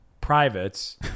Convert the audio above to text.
privates